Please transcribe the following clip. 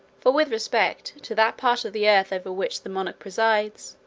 for, with respect to that part of the earth over which the monarch presides,